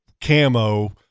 Camo